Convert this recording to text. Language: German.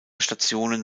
stationen